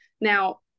Now